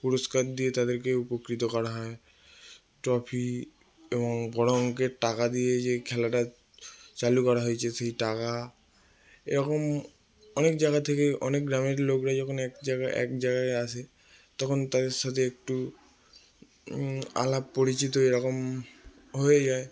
পুরস্কার দিয়ে তাদেরকে উপকৃত করা হয় ট্রফি এবং বড় অঙ্কের টাকা দিয়ে যে খেলাটা চালু করা হয়েছে সেই টাকা এরকম অনেক জায়গা থেকে অনেক গ্রামের লোকরা যখন এক জায়গায় এক জায়গায় আসে তখন তাদের সাথে একটু আলাপ পরিচিত এরকম হয়ে যায়